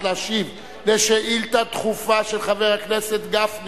להשיב על שאילתא דחופה של חבר הכנסת גפני.